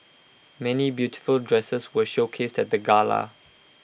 many beautiful dresses were showcased at the gala